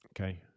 Okay